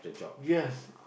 yes